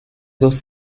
dos